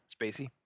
Spacey